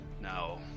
Now